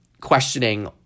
questioning